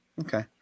Okay